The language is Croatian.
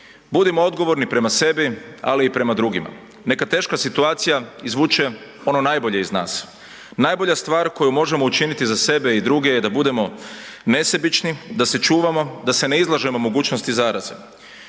Budimo odgovorni prema sebi, ali i prema drugima. Neka teška situacija izvuče ono najbolje iz nas. Najbolja stvar koju možemo učiniti za sebe i druge je da budemo nesebični, da se čuvamo, da se ne izlažemo mogućnosti zaraze.